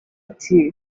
ati